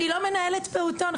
אני לא מנהלת פעוטון,